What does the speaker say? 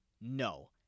No